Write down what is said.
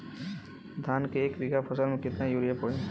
धान के एक बिघा फसल मे कितना यूरिया पड़ी?